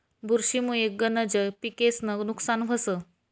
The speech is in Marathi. बुरशी मुये गनज पिकेस्नं नुकसान व्हस